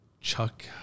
Chuck